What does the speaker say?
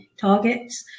targets